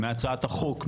מהצעת החוק,